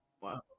Wow